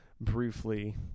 briefly